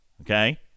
Okay